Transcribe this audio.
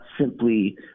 simply